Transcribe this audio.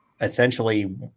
essentially